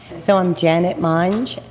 so, i'm janet monge,